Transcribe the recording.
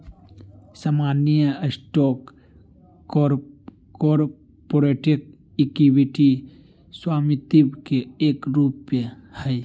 सामान्य stock corporate equity स्वामित्व के एक रूप हय